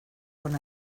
con